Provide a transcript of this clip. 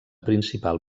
principal